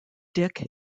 dick